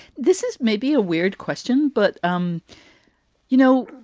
this is maybe a weird question, but, um you know,